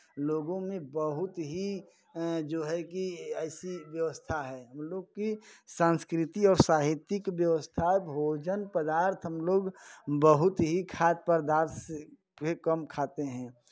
लोगों में बहुत ही जो है कि ऐसी व्यवस्था है हम लोगों की संस्कृति और साहित्यिक व्यवस्था भोजन पदार्थ हम लोग बहुत ही खाद पदार्थ से के कम खाते हैं